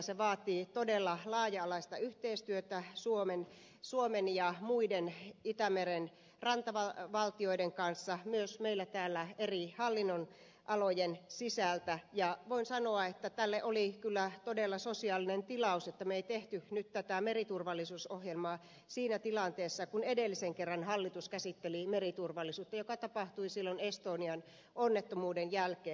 se vaatii todella laaja alaista yhteistyötä suomen ja muiden itämeren rantavaltioiden kanssa myös meillä täällä eri hallinnonalojen sisällä ja voin sanoa että tälle oli kyllä todella sosiaalinen tilaus että me emme tehneet nyt tätä meriturvallisuusohjelmaa siinä tilanteessa kun edellisen kerran hallitus käsitteli meriturvallisuutta mikä tapahtui silloin estonian onnettomuuden jälkeen